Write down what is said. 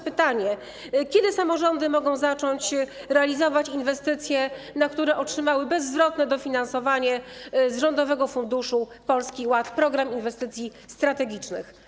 Pytanie: Kiedy samorządy mogą zacząć realizować inwestycje, na które otrzymały bezzwrotne dofinansowanie z Rządowego Funduszu Polski Ład: Program Inwestycji Strategicznych?